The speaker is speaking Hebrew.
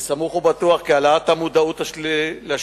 אני סמוך ובטוח כי העלאת המודעות לשליליות